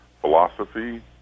philosophy